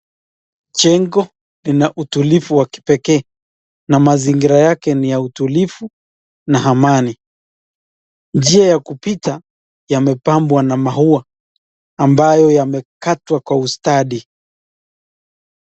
Jengo lina utulifu wa kipekee na mazingira yake ni ya utulivu na amani, njia ya kupita yamepambwa na maua ambayo yamekatwa kwa ustadi.